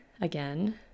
again